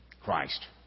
Christ